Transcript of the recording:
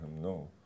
no